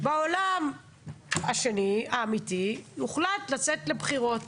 בעולם השני, האמיתי, הוחלט לצאת לבחירות,